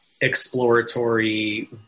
exploratory